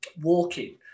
walking